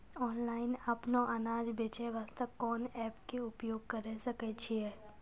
Online अपनो अनाज बेचे वास्ते कोंन एप्प के उपयोग करें सकय छियै?